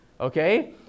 Okay